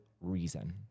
reason